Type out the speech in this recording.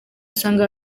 usanga